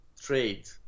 trade